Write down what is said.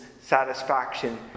satisfaction